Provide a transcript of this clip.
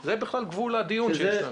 זה בכלל גבול הדיון שיש לנו.